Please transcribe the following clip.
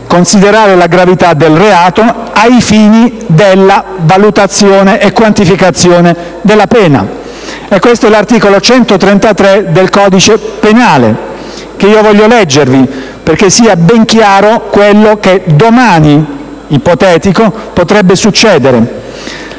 considerare la gravità del reato ai fini della valutazione e quantificazione della pena. Questo è l'articolo 133 del codice penale, che voglio leggervi perché sia ben chiaro quello che potrebbe ipoteticamente succedere